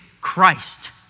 Christ